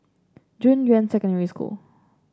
Junyuan Secondary School